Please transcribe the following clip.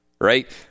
right